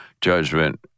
judgment